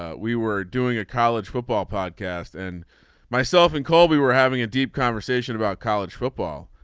ah we were doing a college football podcast and myself and colby were having a deep conversation about college football.